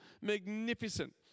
magnificent